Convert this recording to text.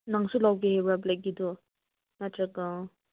ꯅꯪꯁꯨ ꯂꯧꯒꯦ ꯍꯥꯏꯕ꯭ꯔꯥ ꯕ꯭ꯂꯦꯛꯀꯤꯗꯣ ꯅꯠꯇ꯭ꯔꯒ